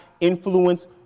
influence